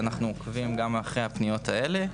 אנחנו גם עוקבים אחרי הפניות האלה.